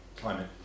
climate